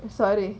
I'm sorry